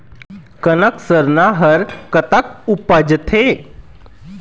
कनक सरना हर कतक उपजथे?